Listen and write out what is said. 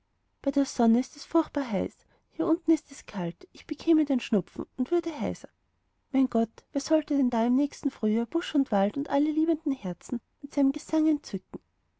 bei der sonne ist es furchtbar heiß hier unten kalt ich bekäme den schnupfen würde heiser mein gott wer sollte denn da im nächsten frühjahr busch und wald und alle liebenden herzen mit seinem gesang entzücken